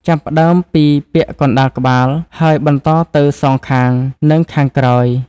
ចាប់ផ្ដើមពីពាក់កណ្ដាលក្បាល ហើយបន្តទៅសងខាង និងខាងក្រោយ។